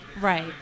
Right